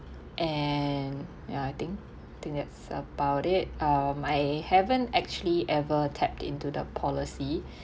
and ya I think I think that's about it ah my haven't actually ever tapped into the policy